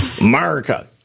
America